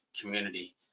community